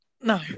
No